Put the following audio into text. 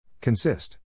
Consist